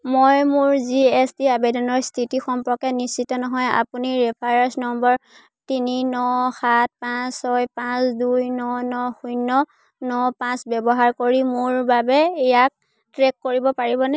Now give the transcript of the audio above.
মই মোৰ G S T আবেদনৰ স্থিতি সম্পৰ্কে নিশ্চিত নহয় আপুনি ৰেফাৰেন্স নম্বৰ তিনি ন সাত পাঁচ ছয় পাঁচ দুই ন ন শূন্য ন পাঁচ ব্যৱহাৰ কৰি মোৰ বাবে ইয়াক ট্ৰেক কৰিব পাৰিবনে